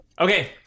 Okay